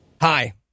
Hi